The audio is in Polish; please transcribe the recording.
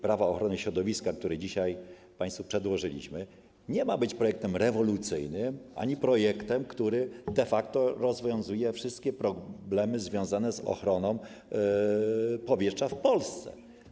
Prawa ochrony środowiska, który dzisiaj państwu przełożyliśmy, nie ma być projektem rewolucyjnym ani projektem, który de facto rozwiązuje wszystkie problemy związane z ochroną powietrza w Polsce.